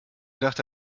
dachte